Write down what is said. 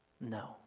No